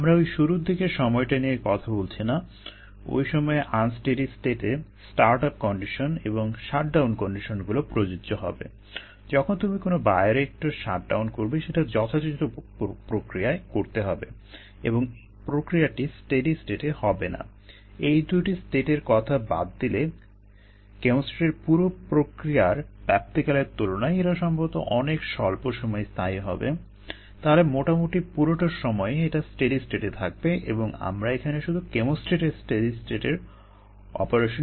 আমরা ওই শুরুর দিকের সময়টা নিয়ে কথা বলছি না ওই সময়ে আনস্টেডি স্টেটে তাহলে মোটামুটি পুরোটা সময়েই এটা স্টেডি স্টেটে থাকবে এবং আমরা এখানে শুধু কেমোস্ট্যাটের স্টেডি স্টেটের অপারেশন নিয়েই আলোচনা করবো